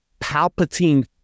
Palpatine